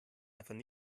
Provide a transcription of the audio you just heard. einfach